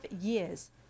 years